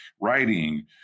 writing